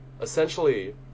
Essentially